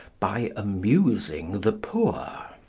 by amusing the poor.